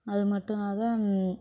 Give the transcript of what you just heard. அது மட்டும் ஆக